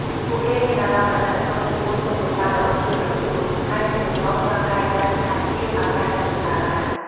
ពួកគេមានអារម្មណ៍អាណិតអាសូរចំពោះទុក្ខលំបាករបស់ជនរងគ្រោះ ហើយមានបំណងចង់កែប្រែស្ថានភាពឱ្យកាន់តែប្រសើរឡើង។